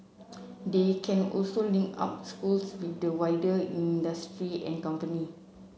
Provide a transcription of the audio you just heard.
they can also link out schools with the wider industry and company